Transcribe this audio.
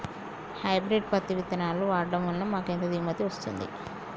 Hybrid పత్తి విత్తనాలు వాడడం వలన మాకు ఎంత దిగుమతి వస్తుంది?